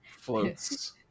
floats